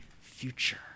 future